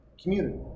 community